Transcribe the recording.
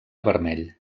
vermell